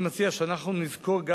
אני מציע שאנחנו נזכור,